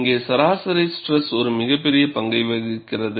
இங்கே சராசரி ஸ்ட்ரெஸ் ஒரு மிக முக்கிய பங்கை வகிக்கிறது